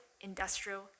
industrial